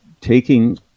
taking